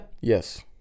Yes